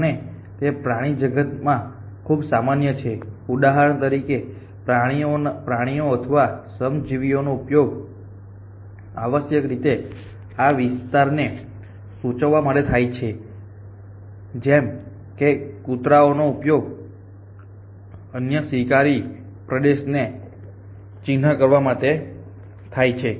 અને તે પ્રાણી જગતમાં ખૂબ સામાન્ય છે ઉદાહરણ તરીકે પ્રાણીઓ અથવા સજીવોનો ઉપયોગ આવશ્યકરીતે આ વિસ્તારને સૂચવવા માટે થાય છે જેમ કે કુતરા નો ઉપયોગ અન્ય શિકારી પ્રદેશને ચિહ્નિત કરવા માટે થાય છે